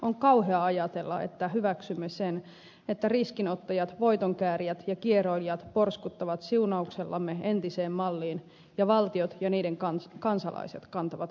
on kauheaa ajatella että hyväksymme sen että riskinottajat voitonkäärijät ja kieroilijat porskuttavat siunauksellamme entiseen malliin ja valtiot ja niiden kansalaiset kantavat vastuuta